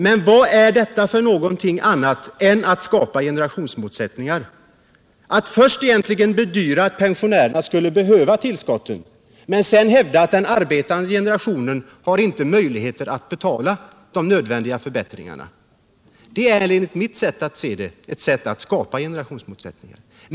Men är det något annat än att skapa generationsmotsättningar att först bedyra att pensionärerna skulle behöva tillskottet men sedan hävda att den arbetande generationen inte har möjlighet att betala nödvändiga förbättringar? Detta är enligt mitt sätt att se en metod att skapa generationsmotsättningar.